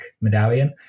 medallion